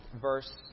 verse